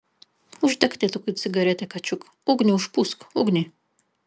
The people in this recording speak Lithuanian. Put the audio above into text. uždek tėtukui cigaretę kačiuk ugnį užpūsk ugnį